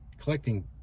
Collecting